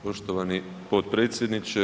Poštovani potpredsjedniče.